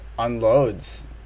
unloads